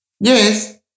Yes